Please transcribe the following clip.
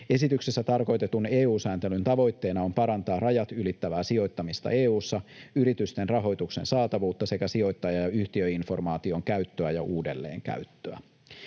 Esityksessä tarkoitetun EU-sääntelyn tavoitteena on parantaa rajat ylittävää sijoittamista EU:ssa, yritysten rahoituksen saatavuutta sekä sijoittaja- ja yhtiöinformaation käyttöä ja uudelleenkäyttöä.